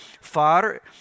Far